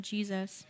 Jesus